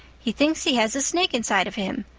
he thinks he has a snake inside of him.